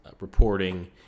reporting